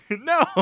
No